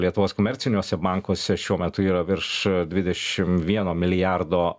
lietuvos komerciniuose bankuose šiuo metu yra virš dvidešim vieno milijardo